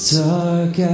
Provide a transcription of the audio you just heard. dark